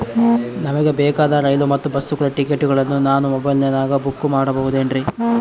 ನಮಗೆ ಬೇಕಾದ ರೈಲು ಮತ್ತ ಬಸ್ಸುಗಳ ಟಿಕೆಟುಗಳನ್ನ ನಾನು ಮೊಬೈಲಿನಾಗ ಬುಕ್ ಮಾಡಬಹುದೇನ್ರಿ?